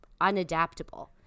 unadaptable